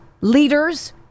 leaders